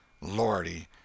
Lordy